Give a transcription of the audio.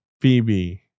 Phoebe